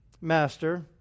Master